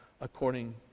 according